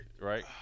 Right